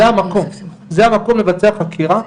זה המקום לבצע חקירה,